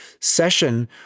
session